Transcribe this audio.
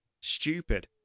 stupid